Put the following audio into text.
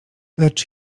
lecz